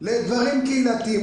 לדברים קהילתיים,